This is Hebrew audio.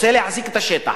רוצה להחזיק את השטח,